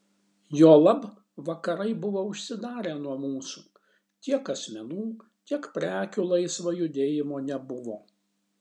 juolab vakarai buvo užsidarę nuo mūsų tiek asmenų tiek prekių laisvo judėjimo nebuvo